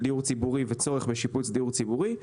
דיור ציבורי וצורך בשיפוץ דיור ציבורי.